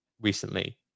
recently